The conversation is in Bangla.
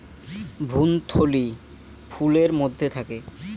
ভ্রূণথলি ফুলের মধ্যে থাকে